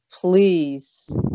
please